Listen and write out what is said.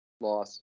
Loss